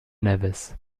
nevis